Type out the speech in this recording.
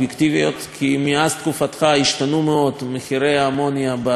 כי מאז תקופתך השתנו מאוד מחירי האמוניה בשוק העולמי,